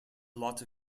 lot